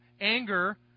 Anger